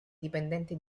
dipendenti